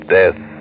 death